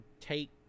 take